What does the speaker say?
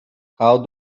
how